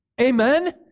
Amen